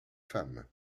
femmes